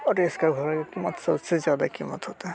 और रेस का घोड़े की कीमत सब से ज़्यादा कीमत होती है